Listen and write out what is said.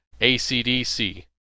ACDC